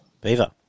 Beaver